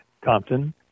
Compton